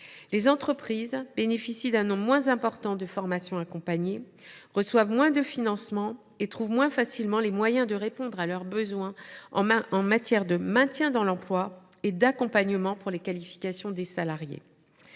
Les entreprises bénéficient d’un nombre moins important de formations accompagnées, perçoivent moins de financements et trouvent moins facilement les moyens de couvrir leurs besoins en matière de maintien dans l’emploi et d’accompagnement des transitions